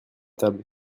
table